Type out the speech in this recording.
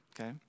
okay